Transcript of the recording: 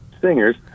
singers